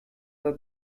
were